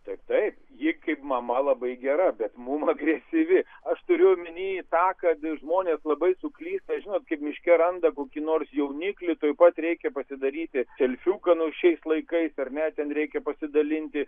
taip taip ji kaip mama labai gera bet mum agresyvi aš turiu omeny tą kad žmonės labai suklysta žinot kaip miške randa kokį nors jauniklį tuoj pat reikia pasidaryti selfiuką nu šiais laikai ar ne ten reikia pasidalinti